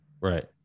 Right